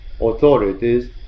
authorities